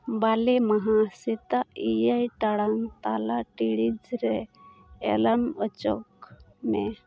ᱵᱟᱞᱮ ᱢᱟᱦᱟ ᱥᱮᱛᱟᱜ ᱮᱭᱟᱭ ᱴᱟᱲᱟᱝ ᱛᱟᱞᱟ ᱴᱤᱲᱤᱡᱽ ᱨᱮ ᱮᱞᱟᱨᱢ ᱚᱪᱚᱜᱽ ᱢᱮ